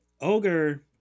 Ogre